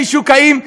"חישוקאים",